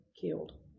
killed